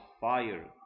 fire